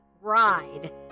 ride